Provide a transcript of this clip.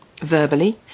verbally